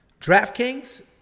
DraftKings